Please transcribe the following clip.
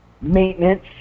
maintenance